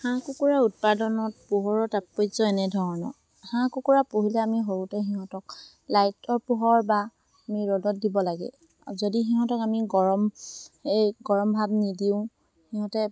হাঁহ কুকুৰা উৎপাদনত পোহৰৰ তৎপৰ্য এনেধৰণৰ হাঁহ কুকুৰা পুহিলে আমি সৰুতে সিহঁতক লাইটৰ পোহৰ বা আমি ৰ'দত দিব লাগে যদি সিহঁতক আমি গৰম এই গৰম ভাপ নিদিওঁ সিহঁতে